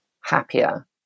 happier